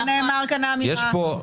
זה נאמר כאן, האמירה הזאת.